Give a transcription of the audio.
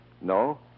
No